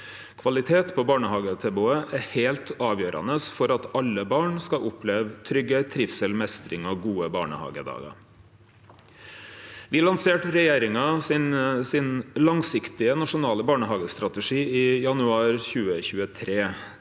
Kvalitet på barnehagetilbodet er heilt avgjerande for at alle barn skal oppleve tryggleik, trivsel, meistring og gode barnehagedagar. Vi lanserte regjeringa sin langsiktige nasjonale barnehagestrategi i januar 2023.